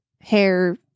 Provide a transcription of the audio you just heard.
hair